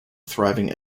thriving